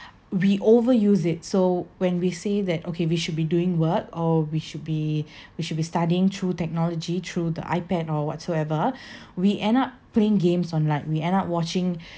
we overuse it so when we say that okay we should be doing work or we should be we should be studying through technology through the ipad or whatsoever we end up playing games on line we end up watching